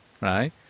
Right